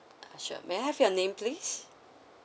ah sure may I have your name please